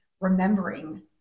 remembering